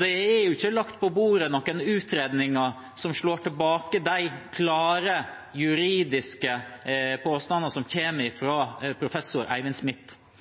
Det er ikke lagt på bordet noen utredninger som slår tilbake de klare, juridiske påstandene som kommer fra professor Eivind Smith.